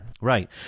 Right